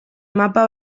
mapa